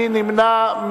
מי נמנע?